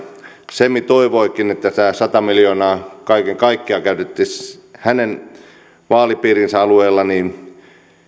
semi toivoikin että tämä sata miljoonaa kaiken kaikkiaan käytettäisiin hänen vaalipiirinsä alueella niin